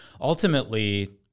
ultimately